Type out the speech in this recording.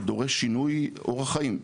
דורש שינוי אורח חיים.